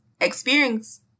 experience